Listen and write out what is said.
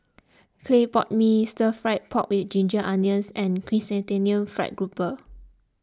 Clay Pot Mee Stir Fried Pork with Ginger Onions and Chrysanthemum Fried Grouper